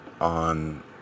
on